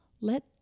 let